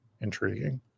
intriguing